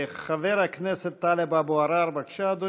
חבר הכנסת טלב אבו עראר, בבקשה, אדוני,